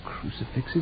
crucifixes